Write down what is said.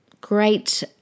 great